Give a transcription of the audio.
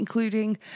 including